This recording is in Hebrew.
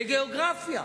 בגיאוגרפיה.